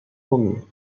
pommiers